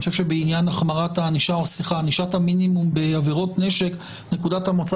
אני חושב שבעניין ענישת המינימום בעבירות נשק נקודת המוצא